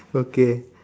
okay